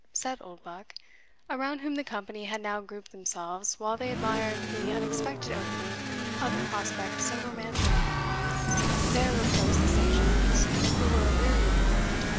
said oldbuck around whom the company had now grouped themselves while they admired the unexpected opening of a prospect so romantic there reposed the sages who were aweary of the world,